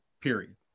period